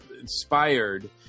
inspired